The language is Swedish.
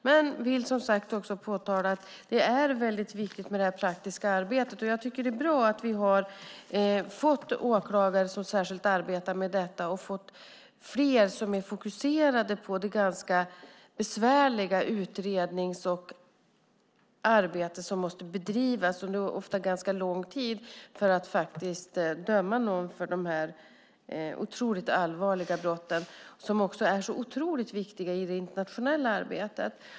Jag vill dock som sagt också påtala att det är väldigt viktigt med det praktiska arbetet. Jag tycker att det är bra att vi har fått åklagare som särskilt arbetar med detta och fler som är fokuserade på det ganska besvärliga utredningsarbete som måste bedrivas under ofta ganska lång tid för att faktiskt döma någon för dessa allvarliga brott. De är också enormt viktiga i det internationella arbetet.